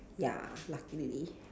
ya luckily